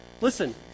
Listen